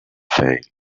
failed